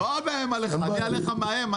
לא מאיים עליך, אני עליך מאיים?